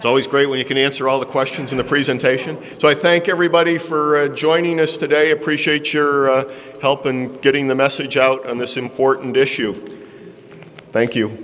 in always great when you can answer all the questions in the presentation so i thank everybody for joining us today appreciate your help in getting the message out on this important issue thank you